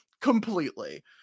completely